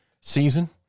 season